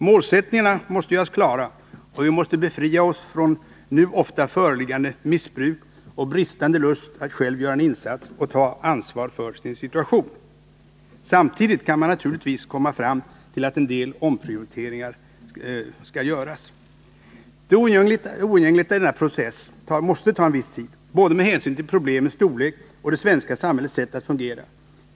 Målsättningarna måste göras klara, och vi måste befria oss från nu ofta föreliggande missbruk och brist på lust att själva göra en insats och ta ansvar för situationen. Samtidigt kan man naturligtvis komma fram till att en del omprioriteringar bör göras. Det är oundgängligt att denna process måste ta en viss tid, både med hänsyn till problemens storlek och det svenska samhällets sätt att fungera.